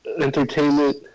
entertainment